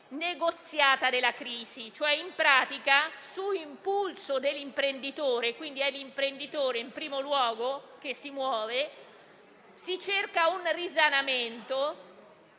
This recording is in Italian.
negoziata della crisi. In pratica, su impulso dell'imprenditore - è l'imprenditore in primo luogo che si muove - si cerca un risanamento